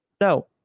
no